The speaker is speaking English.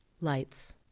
Lights